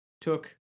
took